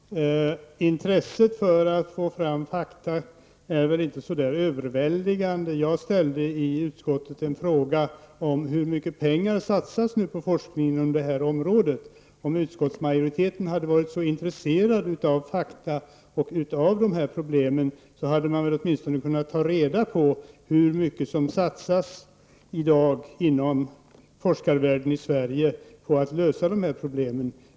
Herr talman! Intresset för att få fram fakta är väl inte så där överväldigande. Jag ställde i utskottet en fråga om hur mycket pengar som satsas på forskning inom det här området. Om utskottsmajoriteten hade varit intresserad av fakta och av det här problemet hade man väl åtminstone kunnat ta reda på hur mycket som satsas i dag inom forskarvärlden i Sverige på att lösa problemet.